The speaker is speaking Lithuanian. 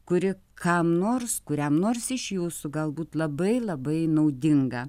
kuri kam nors kuriam nors iš jūsų galbūt labai labai naudinga